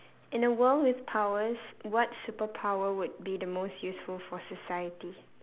in the world with powers what superpower would the most useful for society